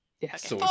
Yes